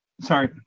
Sorry